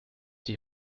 die